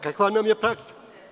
Kakva nam je praksa?